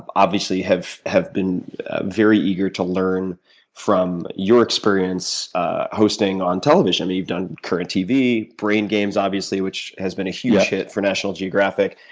um obviously have have been very eager to learn from your experience hosting on television. you've done current tv, brain games, obviously which has been a huge hit for national geographic.